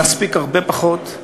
נספיק הרבה פחות,